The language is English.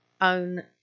own